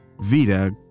Vita